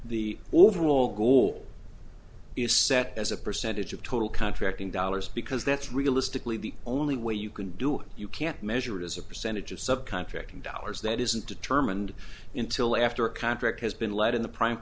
the overall goal is set as a percentage of total contracting dollars because that's realistically the only way you can do it you can't measure it as a percentage of sub contracting dollars that isn't determined until after a contract has been let in the prime